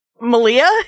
Malia